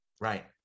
right